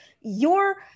your-